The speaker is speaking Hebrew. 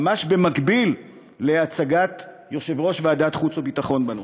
ממש במקביל להצגת יושב-ראש ועדת החוץ והביטחון את הנושא.